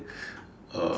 uh